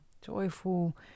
joyful